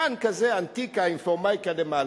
שולחן כזה ענתיקה, עם פורמייקה למעלה.